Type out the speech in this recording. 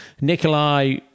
Nikolai